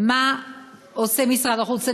מה עושה משרד החוץ,